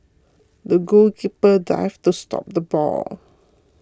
the goalkeeper dived to stop the ball